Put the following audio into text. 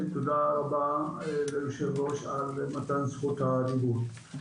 תודה רבה ליושב ראש על מתן זכות הדיבור.